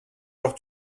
leur